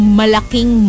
malaking